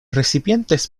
recipientes